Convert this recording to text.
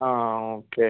അ അ ഓക്കേ